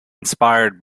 inspired